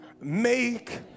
make